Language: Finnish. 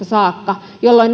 saakka jolloin